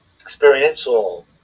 experiential